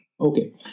okay